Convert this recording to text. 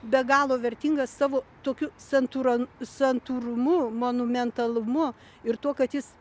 be galo vertingas savo tokiu santūran santūrumu monumentalumu ir tuo kad jis